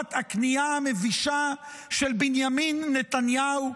לטובת הכניעה המבישה של בנימין נתניהו,